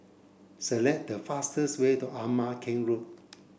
select the fastest way to Ama Keng Road